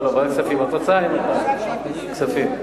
כספים.